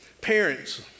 Parents